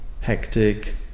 hectic